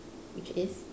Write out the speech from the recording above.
which is